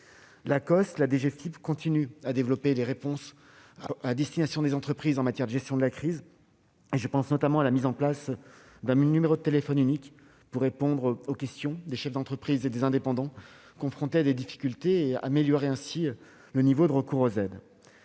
et la DGFiP continuent de développer des réponses à destination des entreprises en matière de gestion de la crise. Je pense notamment à la mise en place d'un numéro de téléphone unique pour répondre aux questions des chefs d'entreprise et des indépendants confrontés à des difficultés, et améliorer ainsi le niveau de recours aux aides.